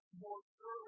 more